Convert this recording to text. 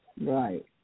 Right